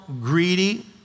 greedy